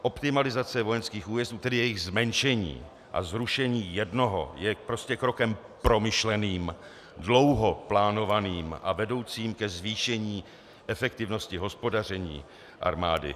Optimalizace vojenských újezdů, tedy jejich zmenšení a zrušení jednoho, je prostě krokem promyšleným, dlouho plánovaným a vedoucím ke zvýšení efektivnosti hospodaření armády.